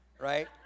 right